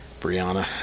Brianna